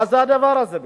מה זה הדבר הזה בכלל?